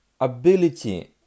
ability